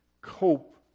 cope